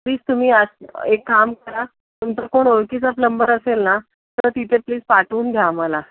please तुम्ही आज एक काम करा तुमचा कोण ओळखीचा प्लम्बर असेल ना तर तिथे प्लिज पाठवून द्या आम्हाला